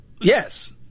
yes